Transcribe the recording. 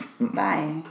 Bye